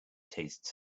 taste